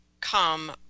come